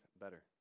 better